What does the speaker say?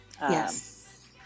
Yes